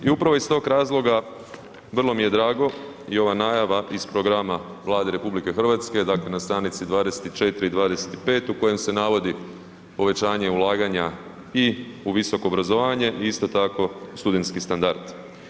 I upravo iz tog razloga vrlo mi je drago i ova najava iz programa Vlade RH, dakle na str. 24 i 25 u kojem se navodi povećanje ulaganja i u visoko obrazovanje i isto tako, u studentski standard.